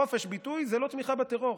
חופש ביטוי זה לא תמיכה בטרור,